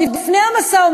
עוד לפני המשא-ומתן,